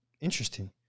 Interesting